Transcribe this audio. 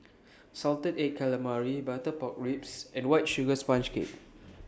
Salted Egg Calamari Butter Pork Ribs and White Sugar Sponge Cake